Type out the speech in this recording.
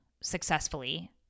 successfully